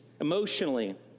emotionally